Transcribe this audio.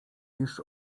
już